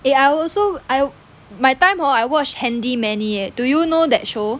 eh I also I my time hor I watched handy manny eh do you know that show